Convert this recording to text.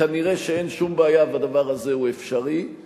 וכנראה שאין שום בעיה והעניין הזה הוא אפשרי,